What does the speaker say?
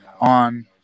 on